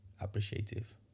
appreciative